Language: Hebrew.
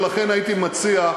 ולכן הייתי מציע,